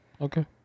Okay